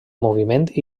moviment